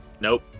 Nope